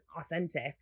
authentic